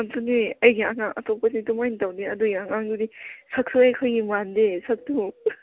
ꯑꯗꯨꯅꯦ ꯑꯩꯒꯤ ꯑꯉꯥꯡ ꯑꯇꯣꯞꯄꯗꯤ ꯑꯗꯨꯃꯥꯏꯅ ꯇꯧꯗꯦ ꯑꯗꯨꯒꯤ ꯑꯉꯥꯡꯗꯨꯗꯤ ꯁꯛꯁꯨ ꯑꯩꯈꯣꯏꯒꯤ ꯃꯥꯟꯗꯦ ꯁꯛꯇꯣ